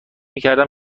میکردم